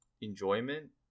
enjoyment